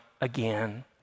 again